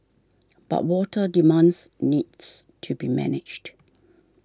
but water demands needs to be managed